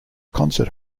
concert